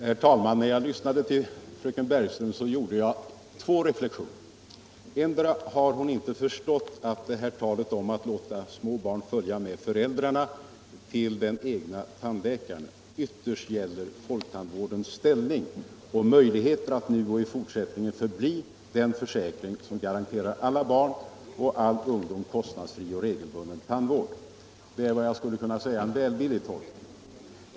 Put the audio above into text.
Herr talman! När jag Iyssnade till fröken Bergström gjorde jag två reflexioner. Endera har hon inte förstått att det här talet om att låta små barn följa med föräldrarna till den cgna tandläkaren vytterst giller folktandvårdens ställning och möjligheter att nu och i fortsättningen förbli den försäkring som garanterar alla barn och all ungdom kostnadsfri och regelbunden tandvård. Det är vad jag skulle vilja kalla en välvillig tolkning.